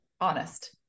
honest